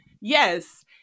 Yes